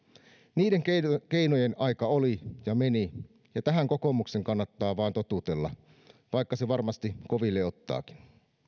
niiden keinojen keinojen aika oli ja meni ja tähän kokoomuksen kannattaa vain totutella vaikka se varmasti koville ottaakin